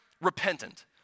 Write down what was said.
repentant